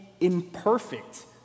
imperfect